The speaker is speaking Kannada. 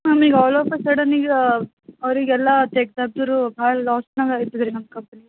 ಮ್ಯಾಮ್ ಈಗ ಆಲ್ ಆಫ್ ಅ ಸಡನ್ ಈಗ ಅವರಿಗೆಲ್ಲ ತೆಗ್ದಾಕಿದ್ರೂ ಬಹಳ ಲಾಸ್ನಾಗೆ ಆಗಿರ್ತದ್ರೀ ನಮ್ಮ ಕಂಪನಿ